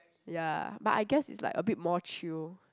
ya but I guess it's like a bit more chill